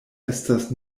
estas